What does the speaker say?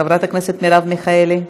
חברת הכנסת מרב מיכאלי,